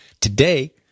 Today